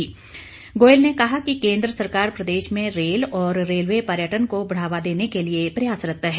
पीयूष गोयल ने कहा कि केंद्र सरकार प्रदेश में रेल और रेलवे पर्यटन को बढ़ावा देने के लिए प्रयासरत है